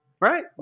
right